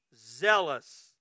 zealous